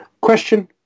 question